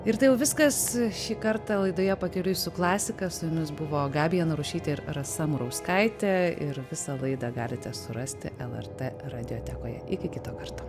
ir tai jau viskas šį kartą laidoje pakeliui su klasika su jumis buvo gabija narušytė ir rasa murauskaitė ir visą laidą galite surasti lrt radiotekoje iki kito karto